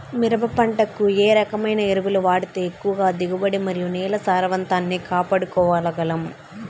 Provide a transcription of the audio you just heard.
మిరప పంట కు ఏ రకమైన ఎరువులు వాడితే ఎక్కువగా దిగుబడి మరియు నేల సారవంతాన్ని కాపాడుకోవాల్ల గలం?